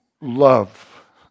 love